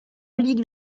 ligue